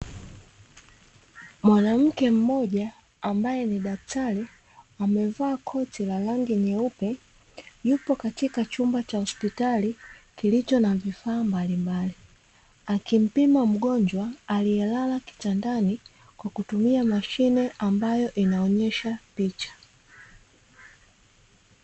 Mwanamke mmoja ambaye ni daktari amevaa kosi la rangi nyeupe yupo katika chumba cha hospitali kilicho na vifaa mbalimbali, akimpima mgonjwa aliyelala kitandani kwa kutumia mashine ambayo inaonyesha picha.